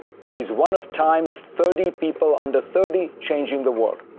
she's one of time's thirty people under thirty changing the world.